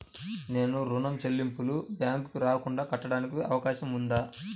నేను ఋణం చెల్లింపులు బ్యాంకుకి రాకుండా కట్టడానికి అవకాశం ఉందా?